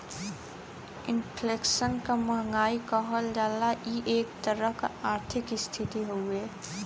inflation क महंगाई कहल जाला इ एक तरह क आर्थिक स्थिति हउवे